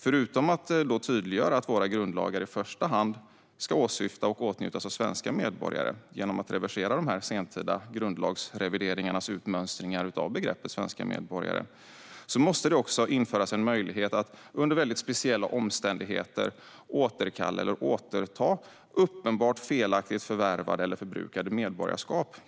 Förutom att då tydliggöra att våra grundlagar i första hand ska åsyfta och åtnjutas av svenska medborgare, genom att reversera de sentida grundlagsrevideringarnas utmönstringar av begreppet svenska medborgare, måste det också införas en möjlighet att under väldigt speciella omständigheter återkalla eller återta uppenbart felaktigt förvärvade eller förbrukade medborgarskap.